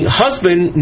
husband